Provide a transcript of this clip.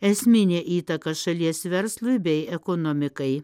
esminė įtaka šalies verslui bei ekonomikai